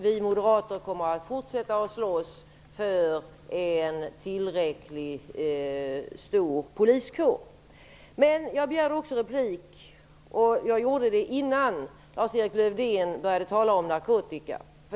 Vi moderater kommer att fortsätta att slåss för en tillräckligt stor poliskår. Jag begärde replik innan Lars-Erik Lövdén började tala om narkotika.